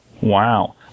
wow